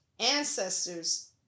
Ancestors